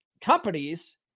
companies